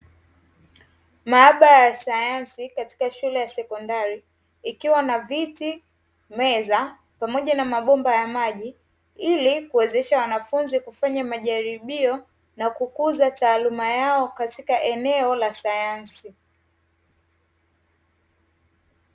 Maabara ya sayansi katika shule ya sekondari ikiwa na viti, meza pamoja na mabomba ya maji, ili kuwezesha wanafunzi kufanya majaribio na kukuza taaluma yao katika eneo la sayansi.